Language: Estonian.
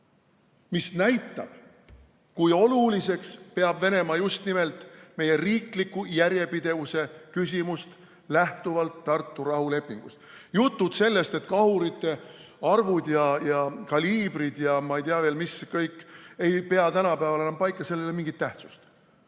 See näitab, kui oluliseks peab Venemaa just nimelt meie riikliku järjepidevuse küsimust lähtuvalt Tartu rahulepingust. Jutud sellest, et seal on kahurite arv ja kaliibrid ja ma ei tea veel, mis kõik, ei pea tänapäeval enam paika, sellel ei ole mingit tähtsust.